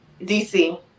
dc